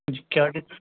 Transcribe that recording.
جی کیا